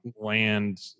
land